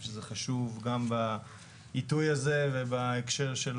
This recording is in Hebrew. שזה חשוב גם בעיתוי הזה ובהקשר של